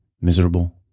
miserable